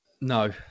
No